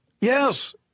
Yes